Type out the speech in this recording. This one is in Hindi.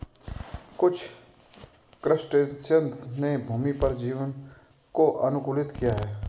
कुछ क्रस्टेशियंस ने भूमि पर जीवन को अनुकूलित किया है